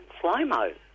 slow-mo